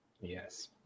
Yes